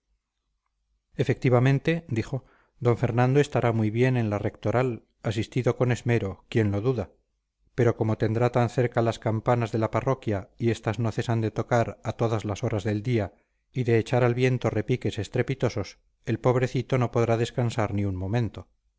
efectivamente dijo d fernando estará muy bien en la rectoral asistido con esmero quién lo duda pero como tendrá tan cerca las campanas de la parroquia y estas no cesan de tocar a todas las horas del día y de echar al viento repiques estrepitosos el pobrecito no podrá descansar ni un momento